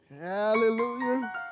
Hallelujah